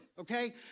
Okay